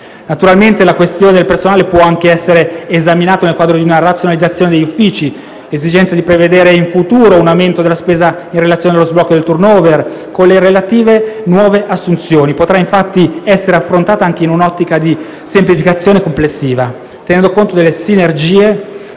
Naturalmente la questione del personale può anche essere esaminata nel quadro di una razionalizzazione degli Uffici. L'esigenza di prevedere, in futuro, un aumento della spesa in relazione allo sblocco del *turnover*, con le relative nuove assunzioni, potrà infatti essere affrontata anche in un'ottica di semplificazione complessiva, tenendo conto delle sinergie